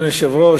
אדוני היושב-ראש,